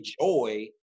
joy